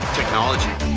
technology.